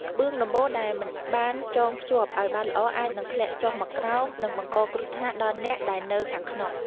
ក្បឿងដំបូលដែលមិនបានចងភ្ជាប់ឱ្យបានល្អអាចនឹងធ្លាក់ចុះមកក្រោម និងបង្កគ្រោះថ្នាក់ដល់អ្នកដែលនៅខាងក្នុង។